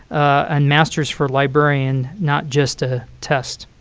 a master's for librarian, not just a test.